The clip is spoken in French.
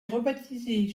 rebaptisée